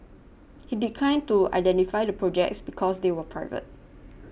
he declined to identify the projects because they were private